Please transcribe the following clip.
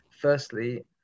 Firstly